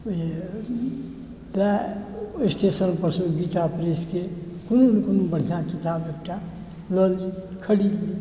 वएह स्टेशनपरसँ गीता प्रेसके कोनो ने कोनो बढ़िआँ किताब एकटा लऽ ली खरीद ली